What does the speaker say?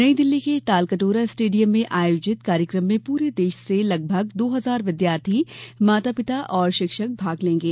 नई दिल्ली के तालकटोरा स्टेडियम में आयोजित कार्यक्रम में पूरे देश से लगभग दो हजार विद्यार्थी माता पिता और शिक्षक भाग लेंगे